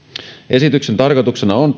esityksen tarkoituksena on